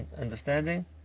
understanding